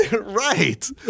Right